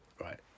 right